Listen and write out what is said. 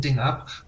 up